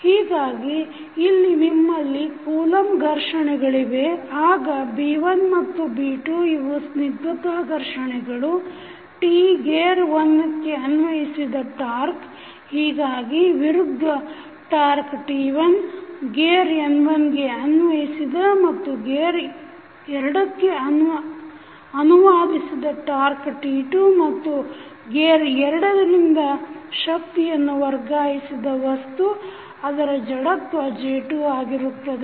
ಹೀಗಾಗಿ ಇಲ್ಲಿ ನಿಮ್ಮಲ್ಲಿ ಕೂಲಂಬ್ ಘರ್ಷಣೆಗಳಿವೆ ಆಗ B1 ಮತ್ತು B2 ಇವು ಸ್ನಿಗ್ಧತಾ ಘರ್ಷಣೆಗಳು T ಗೇರ್ 1 ಕ್ಕೆ ಅನ್ವಯಿಸಿದ ಟಾಕ್೯ಹೀಗಾಗಿ ವಿರುದ್ಧು ಟಾಕ್೯ T1 ಗೇರ್ N1ಗೆ ಅನ್ವಯಿಸಿದ ಮತ್ತು ಗೇರ್ 2ಕ್ಕೆ ಅನುವಾದಿಸಿದ ಟಾಕ್೯ T2 ಮತ್ತು ಗೇರ್ 2 ಯಿಂದ ಶಕ್ತಿಯನ್ನು ವರ್ಗಾಯಿಸಿದ ವಸ್ತು ಅದರ ಜಡತ್ವ J2 ಆಗಿರುತ್ತದೆ